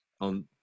on